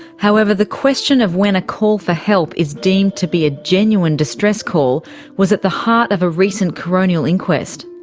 however, the question of when a call for help is deemed to be a genuine distress call was at the heart of a recent colonial inquest.